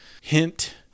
hint